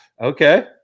okay